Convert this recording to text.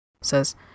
says